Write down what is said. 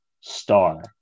star